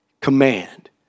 command